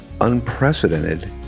unprecedented